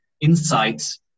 insights